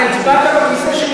אתה הצבעת בכיסא של,